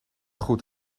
goed